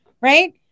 right